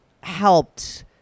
helped